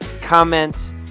comment